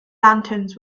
lanterns